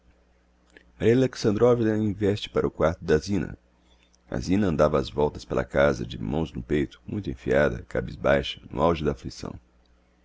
alexandrovna investe para o quarto da zina a zina andava ás voltas pela casa de mãos no peito muito enfiada cabisbaixa no auge da afflicção